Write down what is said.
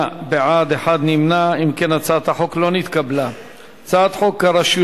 ההצעה להסיר מסדר-היום את הצעת חוק הנוער (טיפול והשגחה)